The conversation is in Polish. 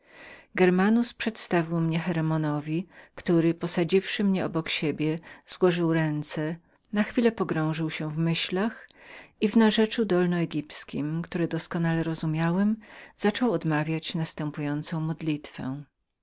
germanus przedstawił mnie cheremonowi który posadziwszy mnie obok siebie złożył ręce na chwilę pogrążył się w myślach i w języku dolno egipskim który doskonale rozumiałem zaczął odmawiać następującą modlitwę